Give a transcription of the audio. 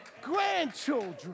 Grandchildren